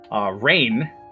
Rain